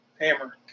hammer